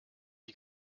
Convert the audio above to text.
die